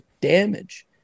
damage